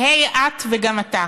"היי את, וגם אתה,